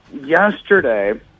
yesterday